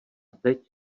teď